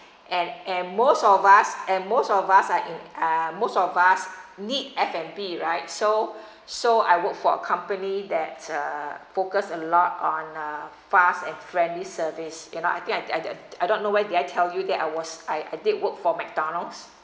and and most of us and most of us are in uh most of us need f and b right so so I work for a company that uh focus a lot on uh fast and friendly service you know I think I I I I don't know why did I tell you that I was I I did work for mcdonald's